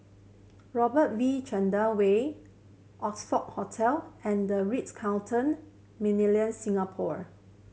Robert V Chandran Way Oxford Hotel and The Ritz Carlton Millenia Singapore